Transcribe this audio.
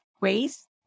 ways